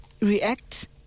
react